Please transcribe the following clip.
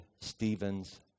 Stephen's